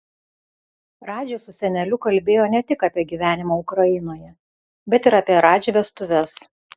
radži su seneliu kalbėjo ne tik apie gyvenimą ukrainoje bet ir apie radži vestuves